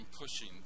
pushing